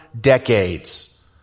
decades